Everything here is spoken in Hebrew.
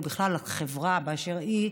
ובכלל החברה באשר היא,